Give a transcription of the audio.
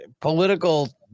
political